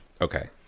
Okay